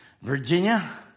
Virginia